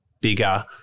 bigger